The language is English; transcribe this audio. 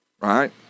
right